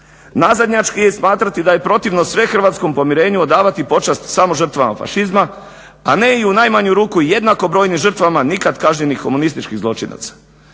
Nazadnjački je i smatrati da je protivno svehrvatskom pomirenju odavati počast samo žrtvama fašizma, a ne i u najmanju ruku jednako brojnim žrtvama nikad kažnjenih komunističkih zločinaca.